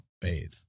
bathe